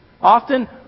often